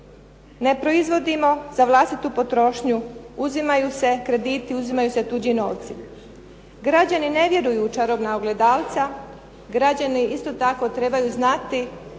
Ne proizvodimo za vlastitu potrošnju, uzimaju se krediti, uzimaju se tuđi novce. Građani ne vjeruju u čarobna ogledalca, građani isto tako trebaju znati